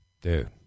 dude